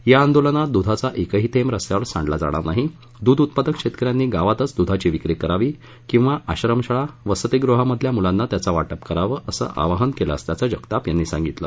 या आंदोलनात दुधाचा एकही थेंब रस्त्यावर सांडला जाणार नाही दूध उत्पादक शेतकन्यांनी गावातच दधाची विक्री करावी किंवा आश्रमशाळा वसतिगृहांमधल्या मुलांना त्याचं वाटप करावं असं आवाहन केलं असल्याचं जगताप यांनी सांगितलं